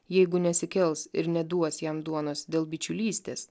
jeigu nesikels ir neduos jam duonos dėl bičiulystės